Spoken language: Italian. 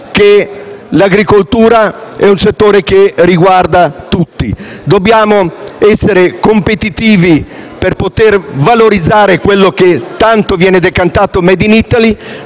come l'agricoltura sia un settore che riguarda tutti. Dobbiamo essere competitivi per poter valorizzare quello che tanto viene decantato come *made in Italy*.